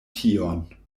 tion